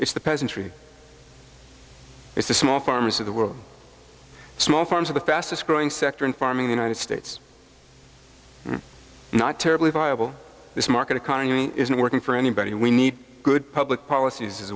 it's the peasantry it's the small farmers of the world small farms are the fastest growing sector in farming the united states not terribly viable this market economy isn't working for anybody and we need good public policies as